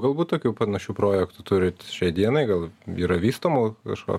galbūt tokių panašių projektų turit šiai dienai gal yra vystomų kažko